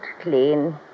clean